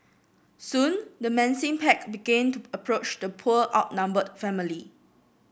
soon the menacing pack began to approach the poor outnumbered family